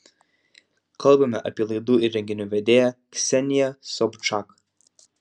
kalbame apie laidų ir renginių vedėja kseniją sobčak